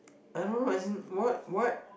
I don't know as in what what